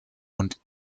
und